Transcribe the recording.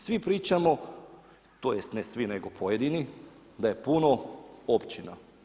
Svi pričamo, tj., ne svi nego pojedini da je puno općina.